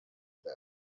there